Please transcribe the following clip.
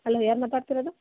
hello ಯಾರು ಮಾತಾಡ್ತಿರೋದು